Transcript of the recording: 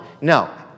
no